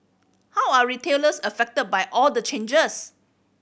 how are retailers affected by all the changes